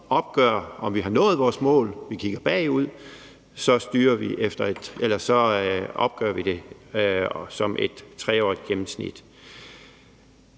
om vi har nået vores mål, så opgør det som et 3-årigt gennemsnit.